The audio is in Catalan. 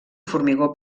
formigó